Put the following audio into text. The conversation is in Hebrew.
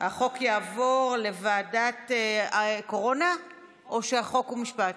יעבור לוועדת הקורונה או החוקה, חוק ומשפט?